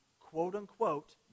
quote-unquote